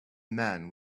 man